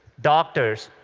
doctors,